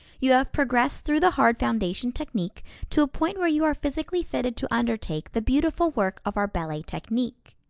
you have progressed through the hard foundation technique to a point where you are physically fitted to undertake the beautiful work of our ballet technique.